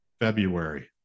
February